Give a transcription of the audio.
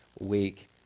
week